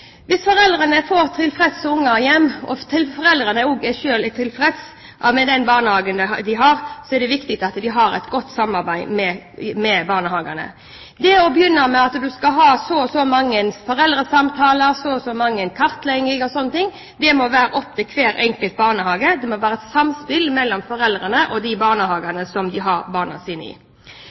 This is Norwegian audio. Hvis foreldrene får tilfredse barn hjem og foreldrene selv er tilfredse med den barnehagen de har, er det viktig at de har et godt samarbeid med barnehagen. Å begynne med at en skal ha så og så mange foreldresamtaler og så og så mange kartlegginger, må være opp til hver enkelt barnehage – det må være et samspill mellom foreldrene og de barnehagene de har barna sine i.